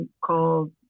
called